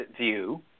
view